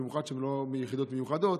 במיוחד כשהם לא מיחידות מיוחדות,